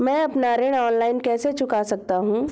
मैं अपना ऋण ऑनलाइन कैसे चुका सकता हूँ?